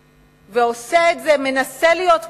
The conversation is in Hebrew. ומנסה להיות מוסרי,